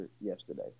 yesterday